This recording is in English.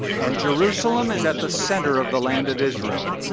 and jerusalem is at the center of the land of israel,